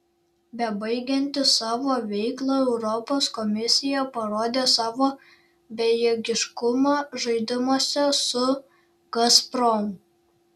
bebaigianti savo veiklą europos komisija parodė savo bejėgiškumą žaidimuose su gazprom